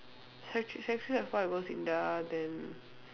sec three sec three and four I go SINDA then